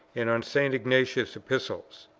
and on st. ignatius's epistles.